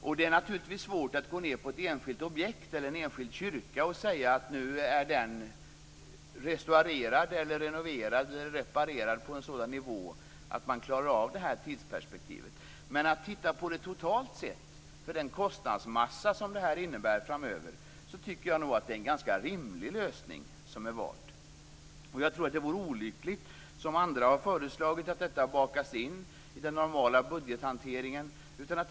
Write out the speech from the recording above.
Det är naturligtvis svårt att gå ned på ett enskilt objekt eller en enskild kyrka och säga att nu är den restaurerad, renoverad eller reparerad på en sådan nivå att man klarar av detta tidsperspektiv. Om man tittar på det totalt sett, med den kostnadsmassa som detta innebär framöver, tycker jag nog att det är en ganska rimlig lösning som är vald. Jag tror att det vore olyckligt om detta bakades in i den normala budgethanteringen, som andra har föreslagit.